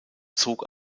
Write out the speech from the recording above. zog